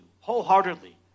wholeheartedly